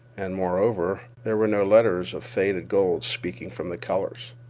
and, moreover, there were no letters of faded gold speaking from the colors.